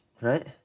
Right